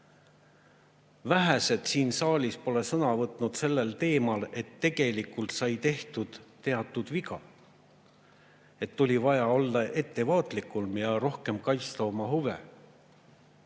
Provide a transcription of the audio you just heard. Vähesed siin saalis pole sõna võtnud sellel teemal, et tegelikult sai tehtud teatud viga, et oleks olnud vaja olla ettevaatlikum ja rohkem kaitsta oma huve.